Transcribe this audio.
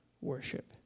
worship